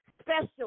special